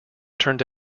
turned